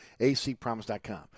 acpromise.com